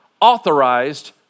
authorized